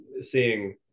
seeing